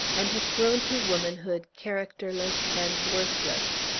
and have grown to womanhood characterless and worthless.